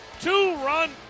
two-run